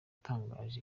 ntiyatangaje